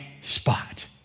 spot